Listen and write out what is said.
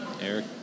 Eric